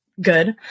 Good